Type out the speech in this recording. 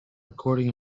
recording